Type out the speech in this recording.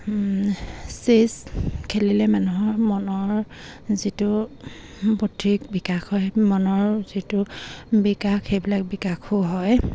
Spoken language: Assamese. চেচ খেলিলে মানুহৰ মনৰ যিটো সঠিক বিকাশ হয় মনৰ যিটো বিকাশ সেইবিলাক বিকাশো হয়